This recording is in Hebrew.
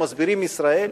"מסבירים ישראל".